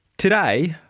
today,